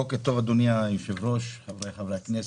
בוקר טוב, אדוני היושב-ראש, חבריי חברי הכנסת,